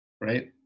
Right